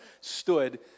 stood